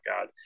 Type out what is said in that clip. God